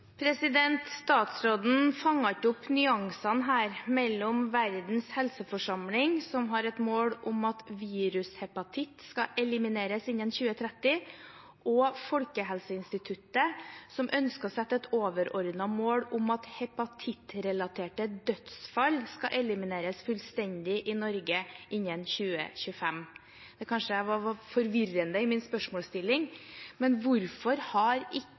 Statsråden fanget ikke opp nyansene her mellom Verdens helseforsamling, som har et mål om at virushepatitt skal elimineres innen 2030, og Folkehelseinstituttet, som ønsker å sette et overordnet mål om at hepatittrelaterte dødsfall skal elimineres fullstendig i Norge innen 2025. Kanskje jeg var forvirrende i min spørsmålsstilling, men hvorfor har